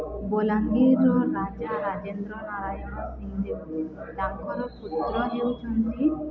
ବଲାଙ୍ଗୀରର ରାଜା ରାଜେନ୍ଦ୍ର ନାରାୟଣ ସିଂ ଦେବ ତାଙ୍କର ପୁତ୍ର ହେଉଛନ୍ତି